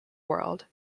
world